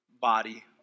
body